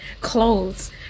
clothes